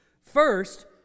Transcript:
First